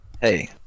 hey